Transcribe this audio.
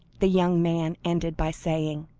the young man ended by saying.